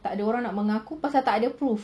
tak ada orang nak mengaku sebab tak ada proof